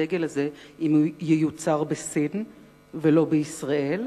הדגל הזה אם הוא ייוצר בסין ולא בישראל.